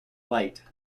light